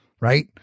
right